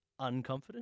unconfident